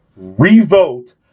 revote